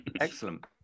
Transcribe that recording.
Excellent